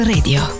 Radio